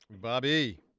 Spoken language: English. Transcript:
Bobby